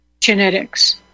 genetics